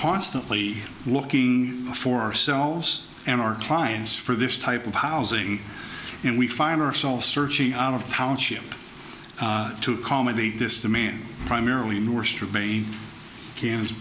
constantly looking for our selves and our clients for this type of housing and we find ourselves searching out of township to accommodate this demand primarily nor should many cans